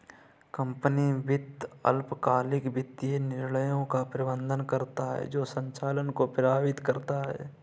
company वित्त अल्पकालिक वित्तीय निर्णयों का प्रबंधन करता है जो संचालन को प्रभावित करता है